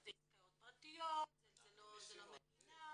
"זה עסקאות פרטיות" "זה לא מדינה".